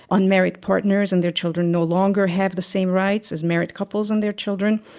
unmarried partners and their children no longer have the same rights as married couples and their children.